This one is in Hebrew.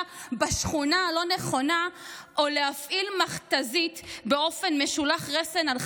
בשכונה הלא-נכונה או להפעיל מכת"זית באופן משולח רסן על חרדים,